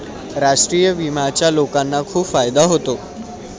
राष्ट्रीय विम्याचा लोकांना खूप फायदा होतो